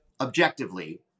objectively